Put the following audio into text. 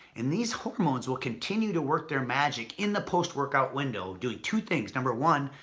and these hormones will continue to work their magic in the post-workout window doing two things number one,